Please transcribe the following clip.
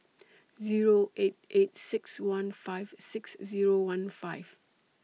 Zero eight eight six one five six Zero one five